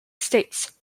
states